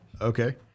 okay